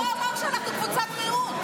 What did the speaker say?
אבל השר לא אמר שאנחנו קבוצת מיעוט.